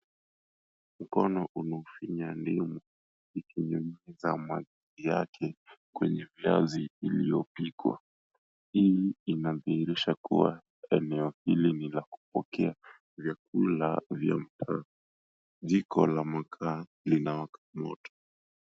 Mkono inafinya ndimu ikinyunyiza maji yake kwenye viazi iliyopikwa. Hili linadhihirisha kuwa eneo hili ni la kupokea vyakula vya mtaa. Jiko la makaa linawaka moto.